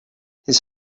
his